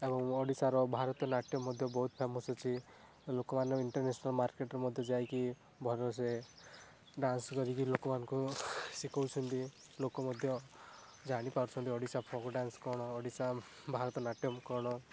ଏବଂ ମୋ ଓଡ଼ିଶାର ଭାରତନାଟ୍ୟ ମଧ୍ୟ ବହୁତ ଫେମସ୍ ଅଛି ଲୋକମାନେ ଇଣ୍ଟରନ୍ୟାସନାଲ୍ ମାର୍କେଟରେ ମଧ୍ୟ ଯାଇକି ଭଲସେ ଡ୍ୟାନ୍ସ କରିକି ଲୋକମାନଙ୍କୁ ଶିଖାଉଛନ୍ତି ଲୋକ ମଧ୍ୟ ଜାଣିପାରୁଛନ୍ତି ଓଡ଼ିଶା ଫୋକ୍ ଡ୍ୟାନ୍ସ କ'ଣ ଓଡ଼ିଶା ଭାରତନାଟ୍ୟମ୍ କ'ଣ